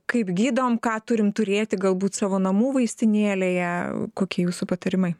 kaip gydom ką turim turėti galbūt savo namų vaistinėlėje kokie jūsų patarimai